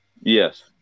Yes